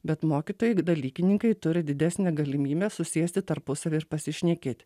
bet mokytojai dalykininkai turi didesnę galimybę susėsti tarpusavyje ir pasišnekėt